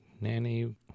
nanny